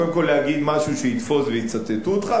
קודם כול להגיד משהו שיתפוס ויצטטו אותך,